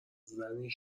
زنی